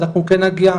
אז אנחנו כן נגיע.